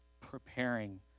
preparing